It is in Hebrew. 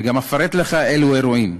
וגם אפרט לך אילו אירועים: